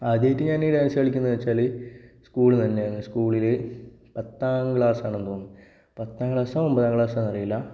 ആദ്യമായിട്ട് ഞാൻ ഡാൻസ് കളിക്കുന്നത് എന്ന് വച്ചാൽ സ്കൂള് തന്നെയാന്ന് സ്കൂളിൽ പത്താം ക്ലാസ് ആണെന്ന് തോന്നുന്നു പത്താം ക്ലാസ്സോ ഒമ്പതാം ക്ലാസ്സോ എന്നറിയില്ല